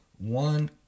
One